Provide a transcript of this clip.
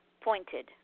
pointed